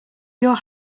your